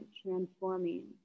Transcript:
transforming